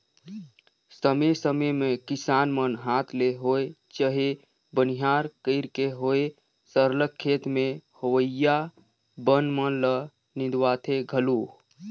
समे समे में किसान मन हांथ ले होए चहे बनिहार कइर के होए सरलग खेत में होवइया बन मन ल निंदवाथें घलो